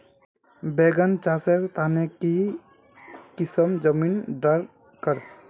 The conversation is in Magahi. बैगन चासेर तने की किसम जमीन डरकर?